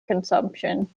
consumption